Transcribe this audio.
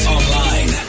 Online